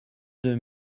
deux